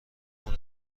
اون